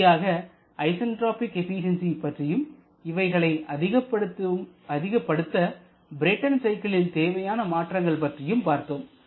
இறுதியாக isentropic efficiency பற்றியும் இவைகளை அதிகப்படுத்த பிரேட்டன் சைக்கிளில் தேவையான மாற்றங்கள் பற்றியும் பார்த்தோம்